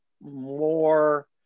more